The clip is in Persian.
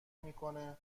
میکنه